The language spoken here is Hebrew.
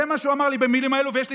זה מה שהוא אמר לי במילים האלה ויש לי,